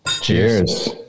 Cheers